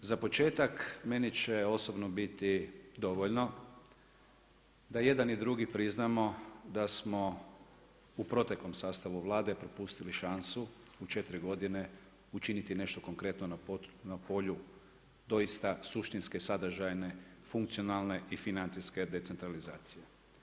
Za početak, meni će osobno biti dovoljno da jedan i drugi priznamo da smo u proteklom sastavu Vlade propustili šansu u 4 godine učiniti nešto konkretno na polju doista suštinske, sadržajne, funkcionalne i financijske decentralizacije.